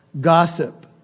Gossip